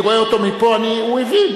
אני רואה אותו מפה, הוא הבין.